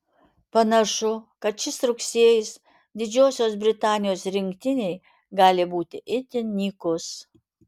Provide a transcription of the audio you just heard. panašu kad šis rugsėjis didžiosios britanijos rinktinei gali būti itin nykus